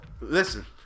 listen